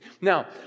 Now